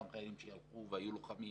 אותם חיילים שהיו לוחמים